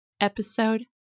Episode